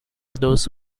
those